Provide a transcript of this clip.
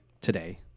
today